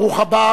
ברוך הבא,